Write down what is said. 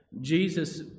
Jesus